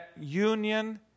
union